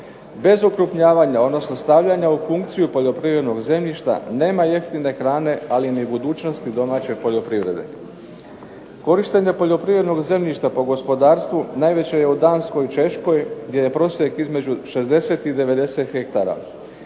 Bez okrupnjavanja, odnosno stavljanja u funkciju poljoprivrednog zemljišta nema jeftine hrane ali ni budućnosti domaće poljoprivrede. Korištenje poljoprivrednog zemljišta po gospodarstvu najveće je u Danskoj i Češkoj gdje je prosjek između 60 i 90 hektara.